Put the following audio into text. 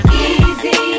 easy